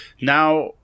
Now